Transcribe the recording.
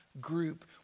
group